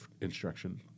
instruction